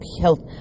health